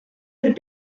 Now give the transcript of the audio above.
have